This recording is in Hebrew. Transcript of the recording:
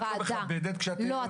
את לא מכבדת כשאת --- לא,